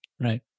Right